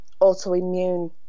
autoimmune